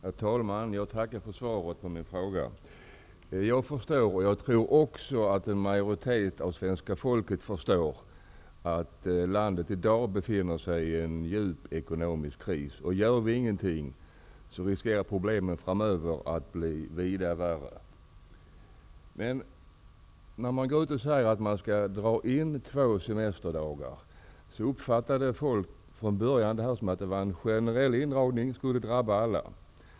Herr talman! Jag tackar för svaret på min fråga. Jag förstår, och det tror jag att en majoritet av det svenska folket förstår, att landet i dag befinner sig i en djup ekonomisk kris. Gör vi ingenting, riskerar problemen framöver att bli vida värre. När man gick ut och sade att två semesterdagar skall dras in uppfattade folk det i början som en generell indragning som skulle drabba alla.